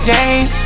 Jane